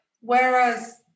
whereas